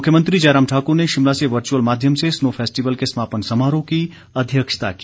मुख्यमंत्री जयराम ठाक्र ने शिमला से वर्चुअल माध्यम से स्नो फैस्टिवल के समापन समारोह की अध्यक्षता की